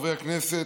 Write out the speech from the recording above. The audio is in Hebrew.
חברי הכנסת,